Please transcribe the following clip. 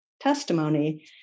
testimony